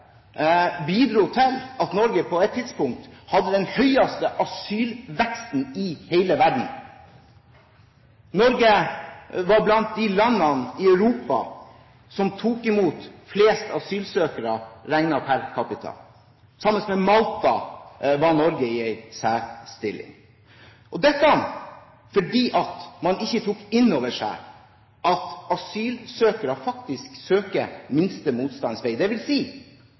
bidro til at Norge på et tidspunkt hadde den høyeste asylveksten i hele verden. Norge var blant de landene i Europa som tok imot flest asylsøkere, regnet per capita. Sammen med Malta var Norge i en særstilling – dette fordi man ikke tok inn over seg at asylsøkere faktisk søker minste